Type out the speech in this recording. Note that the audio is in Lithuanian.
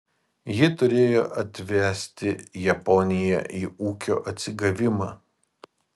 ji turėjo atvesti japoniją į ūkio atsigavimą